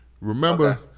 Remember